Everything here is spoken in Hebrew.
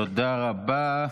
תודה רבה.